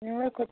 നിങ്ങൾക്ക്